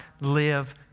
live